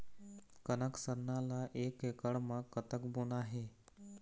कनक सरना ला एक एकड़ म कतक बोना हे?